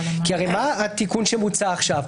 כי הרי מה התיקון שמוצע עכשיו?